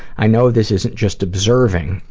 i know this isn't just observing,